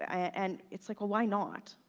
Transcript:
ah and it's like, well, why not?